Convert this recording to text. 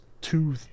two